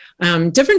different